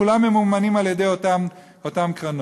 כולם ממומנים על-ידי אותן קרנות.